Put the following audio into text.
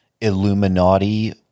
Illuminati